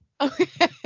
Okay